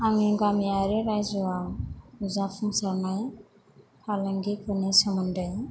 आंनि गामियारि रायजोआव जाफुंसारनाय फालांगिफोरनि सोमोन्दै